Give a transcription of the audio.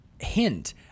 hint